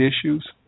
issues